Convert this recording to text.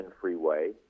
freeway